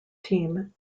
team